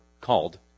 called